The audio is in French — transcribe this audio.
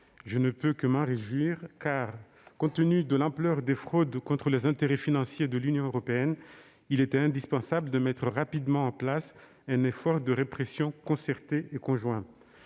Je ne peux que m'en réjouir car, compte tenu de l'ampleur des fraudes contre les intérêts financiers de l'Union européenne, il était indispensable de mettre rapidement en place un effort de répression concerté et conjoint.